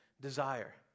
desire